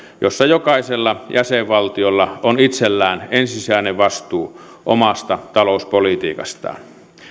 jossa jokaisella jäsenvaltiolla on itsellään ensisijainen vastuu omasta talouspolitiikastaan